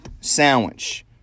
sandwich